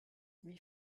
wie